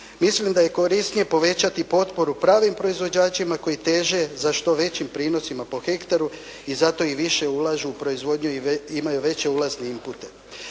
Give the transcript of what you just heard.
Mislim da je korisnije povećati potporu pravim proizvođačima koji teže za što većim prinosima po hektaru i zato i više ulažu u proizvodnju i imaju veće ulazne inpute.